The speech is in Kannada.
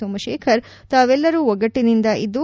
ಸೋಮಶೇಖರ್ ತಾವೆಲ್ಲರೂ ಒಗ್ಗಟ್ಟಿನಿಂದ ಇದ್ದು